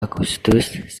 agustus